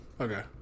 Okay